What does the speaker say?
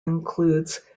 includes